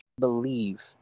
believe